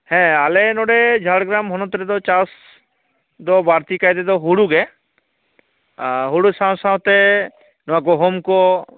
ᱦᱮᱸ ᱟᱞᱮ ᱱᱚᱰᱮ ᱡᱷᱟᱲᱜᱨᱟᱢ ᱦᱚᱱᱚᱛ ᱨᱮᱫᱚ ᱪᱟᱥ ᱫᱚ ᱵᱟᱹᱲᱛᱤ ᱠᱟᱭ ᱛᱮᱫᱚ ᱦᱩᱲᱩ ᱜᱮ ᱦᱩᱲᱩ ᱥᱟᱶ ᱥᱟᱶᱛᱮ ᱱᱚᱣᱟ ᱜᱩᱦᱩᱢ ᱠᱚ